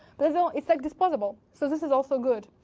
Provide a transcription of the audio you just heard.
but as ah it's like disposable. so this is also good,